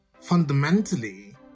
fundamentally